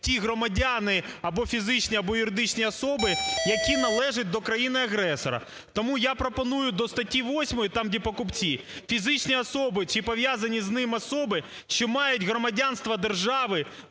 ті громадяни, або фізичні, або юридичні особи, які належать до країни-агресора. Тому я пропоную до статті 8, там, де покупці, фізичні особи чи пов'язані з ними особи, що мають громадянство держави,